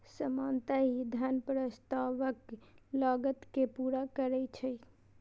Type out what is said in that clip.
सामान्यतः ई धन प्रस्तावक लागत कें पूरा करै छै